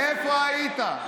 איפה היית?